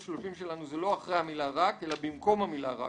זה כתוב "אחרי המילה רק" אך יש לשנות ל-"במקום המילה רק